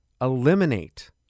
eliminate